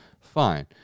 fine